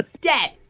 dead